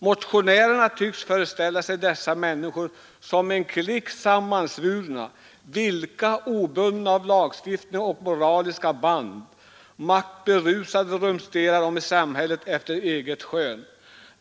Motionärerna tycks föreställa sig dessa människor som en klick sammansvurna, vilka, obundna av lagstiftning och moraliska band, maktberusade rumsterar om i samhället efter eget skön.